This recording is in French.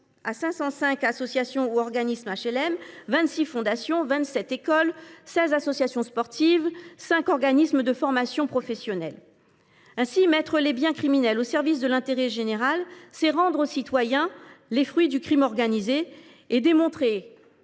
à 505 associations ou organismes d’HLM, à 26 fondations, à 27 écoles, à 16 associations sportives et à 5 organismes de formation professionnelle. Mes chers collègues, mettre les biens criminels au service de l’intérêt général, c’est rendre aux citoyens les fruits du crime organisé et démontrer